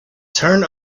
turn